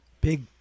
Big